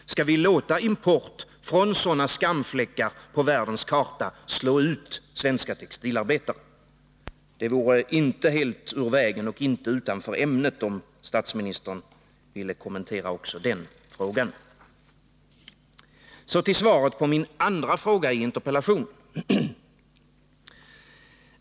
Skall vi låta import från sådana skamfläckar på världskartan slå ut svenska textilarbetate? Det vore inte helt ur vägen och inte heller utanför ämnet, om statsministern ville kommentera också dessa frågor. Så till svaret på min andra fråga i interpellationen.